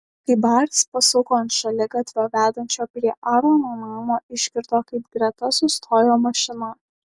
kai baris pasuko ant šaligatvio vedančio prie aarono namo išgirdo kaip greta sustojo mašina